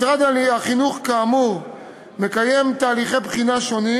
משרד החינוך כאמור מקיים תהליכי בחינה שונים